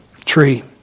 tree